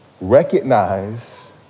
Recognize